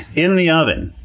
in the oven,